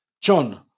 John